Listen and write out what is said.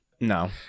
No